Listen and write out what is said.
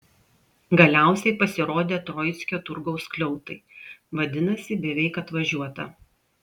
galiausiai pasirodė troickio turgaus skliautai vadinasi beveik atvažiuota